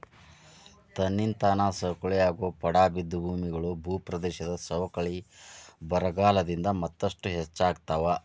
ತನ್ನಿಂತಾನ ಸವಕಳಿಯಾಗೋ ಪಡಾ ಬಿದ್ದ ಭೂಮಿಗಳು, ಭೂಪ್ರದೇಶದ ಸವಕಳಿ ಬರಗಾಲದಿಂದ ಮತ್ತಷ್ಟು ಹೆಚ್ಚಾಗ್ತಾವ